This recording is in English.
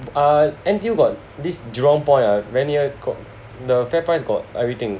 ah N_T_U got this Jurong point ah very near got the Fairprice got everything